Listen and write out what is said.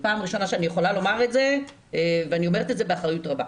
פעם ראשונה שאני יכולה לומר את זה ואני אומרת את זה באחריות רבה.